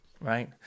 right